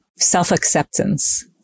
self-acceptance